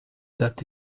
that